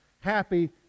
happy